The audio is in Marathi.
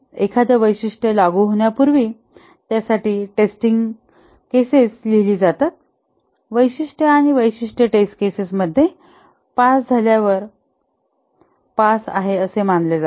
एखादी वैशिष्ट्य लागू होण्यापूर्वी त्यासाठी टेस्टिंग प्रकरणे लिहिली जातात वैशिष्ट्य आणि वैशिष्ट्य टेस्ट केसेस मध्ये पास झाल्यावर पास मानले जाते